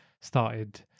started